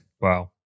Wow